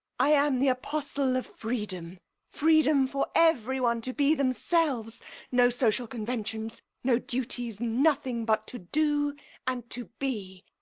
i am the apostle of freedom freedom for every one to be themselves no social conventions, no duties, nothing but to do and to be!